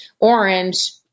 orange